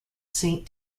saint